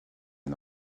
les